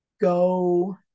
go